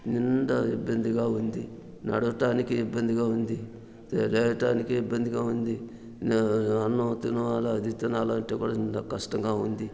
నిండా ఇబ్బందిగా ఉంది నడవటానికి ఇబ్బందిగా ఉంది తిరగడానికి ఇబ్బందిగా ఉంది నా అన్నం తినాల అది తినాలంటే కూడా ఇంకా కష్టంగా ఉంది